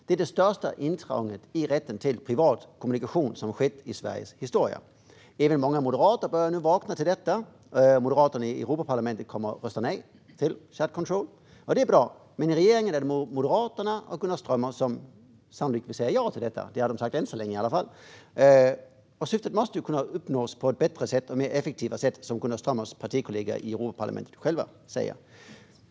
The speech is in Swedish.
Det är det största intrånget i rätten till privat kommunikation som har skett i Sveriges historia. Även många moderater börjar nu vakna till när det gäller detta. Moderaterna i Europaparlamentet kommer att rösta nej till chat control. Det är bra, men i regeringen är det Moderaterna och Gunnar Strömmer som sannolikt vill säga ja till detta. Det har de sagt än så länge i alla fall. Syftet måste kunna uppnås på bättre och mer effektiva sätt, som Gunnar Strömmers partikollegor i Europaparlamentet säger.